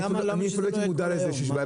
אני לא הייתי לזה.